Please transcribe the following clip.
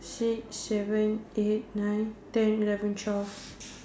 six seven eight nine ten eleven twelve